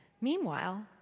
Meanwhile